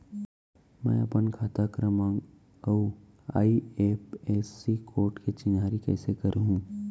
मैं अपन खाता क्रमाँक अऊ आई.एफ.एस.सी कोड के चिन्हारी कइसे करहूँ?